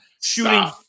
shooting